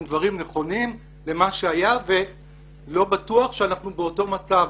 אלה דברים נכונים לגבי מה שהיה ולא בטוח שאנחנו באותו מצב.